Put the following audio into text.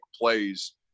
plays